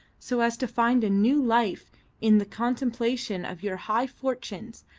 so as to find a new life in the contemplation of your high fortunes,